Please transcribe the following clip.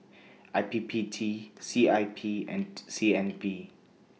I P P T C I P and C N B